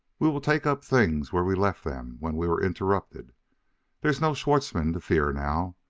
we will take up things where we left them when we were interrupted there's no schwartzmann to fear now.